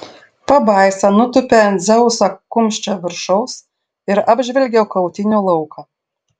pabaisa nutūpė ant dzeuso kumščio viršaus ir apžvelgė kautynių lauką